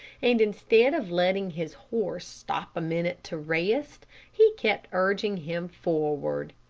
and instead of letting his horse stop a minute to rest he kept urging him forward.